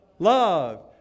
Love